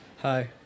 Hi